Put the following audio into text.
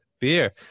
beer